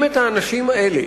אם את האנשים האלה,